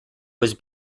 was